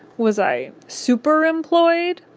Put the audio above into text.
was i super-employed?